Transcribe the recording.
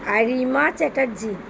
আর Rima Chatterjee